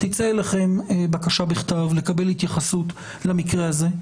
תצא אליכם בקשה בכתב לקבל התייחסות למקרה הזה,